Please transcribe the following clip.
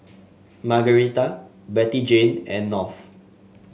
Margarita Bettyjane and North